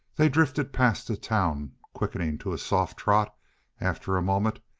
they drifted past the town, quickening to a soft trot after a moment,